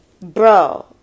bro